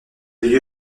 lieu